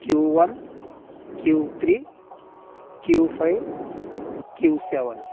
Q one Q three Q five Q seven